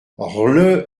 rle